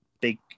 big